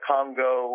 Congo